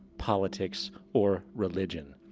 politics or religion.